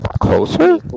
closer